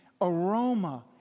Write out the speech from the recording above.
aroma